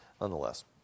nonetheless